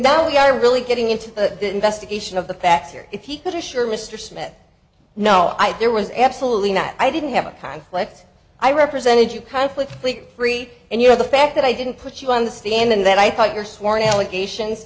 now we are really getting into the investigation of the facts here if he could assure mr smith no i there was absolutely not i didn't have a conflict i represented you conflict free and you know the fact that i didn't put you on the stand and then i thought your sworn allegations